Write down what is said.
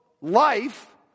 life